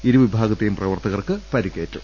ഇരു വിഭാഗത്തെയും പ്രവർത്തകർക്ക് പരിക്കേറ്റു